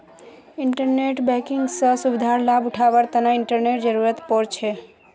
internet banking स सुविधार लाभ उठावार तना इंटरनेटेर जरुरत पोर छे